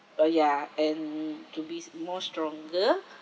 oh ya and to be more stronger